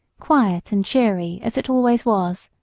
quiet and cheery, as it always was.